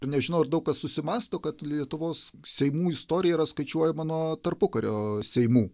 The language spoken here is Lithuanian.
ir nežinau ar daug kas susimąsto kad lietuvos seimų istorija yra skaičiuojama nuo tarpukario seimų